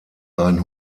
ein